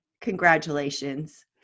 congratulations